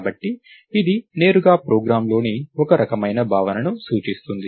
కాబట్టి ఇది నేరుగా ప్రోగ్రామ్లోని ఒక రకమైన భావనను సూచిస్తుంది